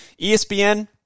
ESPN